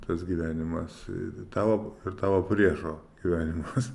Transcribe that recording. tas gyvenimas tavo ir tavo priešo gyvenimas